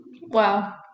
wow